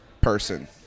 person